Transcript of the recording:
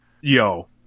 yo